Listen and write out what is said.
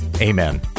Amen